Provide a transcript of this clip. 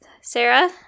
Sarah